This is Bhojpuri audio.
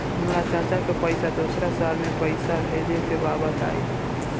हमरा चाचा के पास दोसरा शहर में पईसा भेजे के बा बताई?